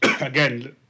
again